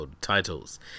titles